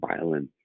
violence